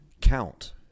Count